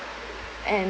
and